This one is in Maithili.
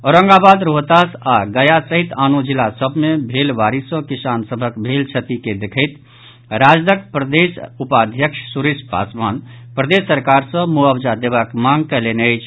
औरंगाबाद रोहतास आओर गया सहित आनो जिला सभ मे भेल बारिश सॅ किसान सभक भेल क्षति के देखैत राजदक प्रदेश उपाध्यक्ष सुरेश पासवान प्रदेश सरकार सॅ मुआवजा देबाक मांग कयलनि अछि